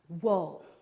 whoa